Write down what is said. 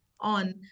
on